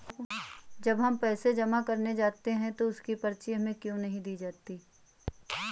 जब हम पैसे जमा करने जाते हैं तो उसकी पर्ची हमें क्यो नहीं दी जाती है?